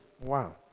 Wow